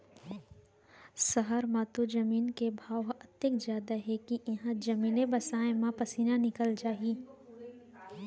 सहर म तो जमीन के भाव ह अतेक जादा हे के इहॉं जमीने बिसाय म पसीना निकल जाही